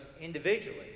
individually